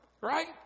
Right